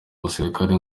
abasirikare